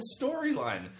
storyline